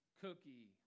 cookie